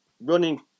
running